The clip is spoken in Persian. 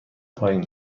پایین